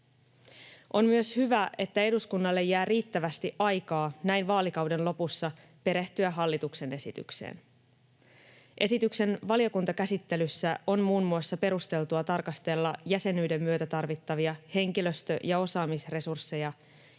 On myös hyvä, että eduskunnalle jää riittävästi aikaa näin vaalikauden lopussa perehtyä hallituksen esitykseen. Esityksen valiokuntakäsittelyssä on muun muassa perusteltua tarkastella jäsenyyden myötä tarvittavia henkilöstö- ja osaamisresursseja,